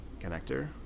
connector